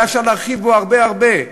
היה אפשר להרחיב בו הרבה הרבה.